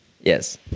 Yes